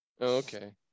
okay